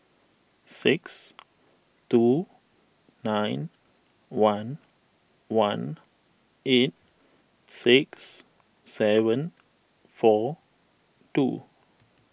six two nine one one eight six seven four two